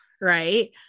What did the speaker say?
Right